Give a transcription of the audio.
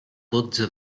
dotze